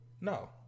No